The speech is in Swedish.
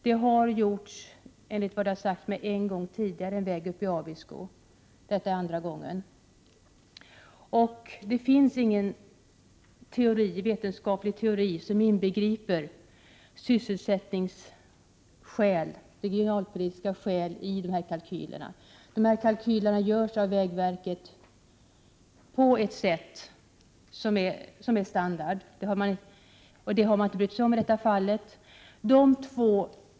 Det har förekommit, enligt vad som har sagts mig, en gång tidigare — för en väg uppe i Abisko. Detta är alltså andra gången. Det finns ingen vetenskaplig teori som inbegriper sysselsättningsskäl, regionalpolitiska skäl, i dessa kalkyler, vilka görs av vägverket på ett sätt som innebär standard. Det har man inte brytt sig om i detta fall.